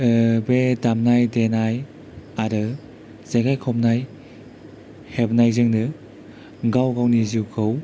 बे दामनाय देनाय आरो जेखाय खबाय हेबनायजोंनो गाव गावनि जिउखौ